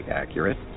accurate